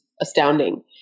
astounding